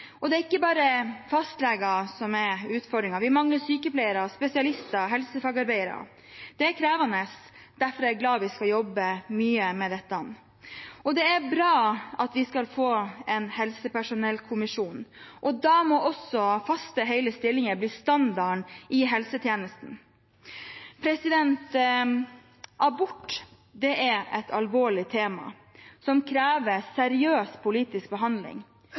Og det er ikke bare fastleger som er utfordringen; vi mangler sykepleiere, spesialister og helsefagarbeidere. Det er krevende, derfor er jeg glad vi skal jobbe mye med dette. Det er bra at vi skal få en helsepersonellkommisjon. Da må også faste, hele stillinger bli standarden i helsetjenesten. Abort er et alvorlig tema som krever seriøs politisk behandling.